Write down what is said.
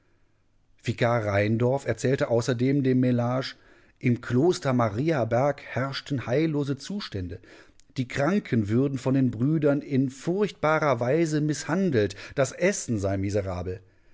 vikar rheindorf erzählte außerdem dem mellage im kloster mariaberg herrschten heillose zustände die kranken würden von den brüdern in furchtbarer weise mißhandelt das essen sei miserabel